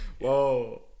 Whoa